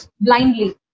blindly